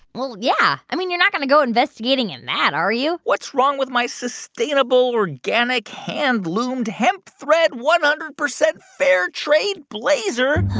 well, yeah. i mean, you're not going to go investigating in that, are you? what's wrong with my sustainable, organic, hand-loomed, hemp thread, one hundred percent fair-trade blazer